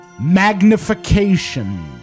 magnification